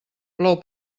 plou